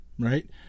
right